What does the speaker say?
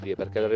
perché